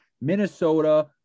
Minnesota